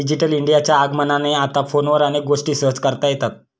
digital इंडियाच्या आगमनाने आता फोनवर अनेक गोष्टी सहज करता येतात